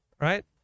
Right